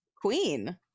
queen